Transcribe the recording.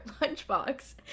lunchbox